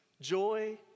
joy